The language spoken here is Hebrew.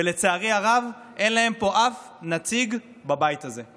ולצערי הרב אין להן אף נציג בבית הזה.